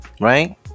right